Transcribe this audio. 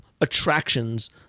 attractions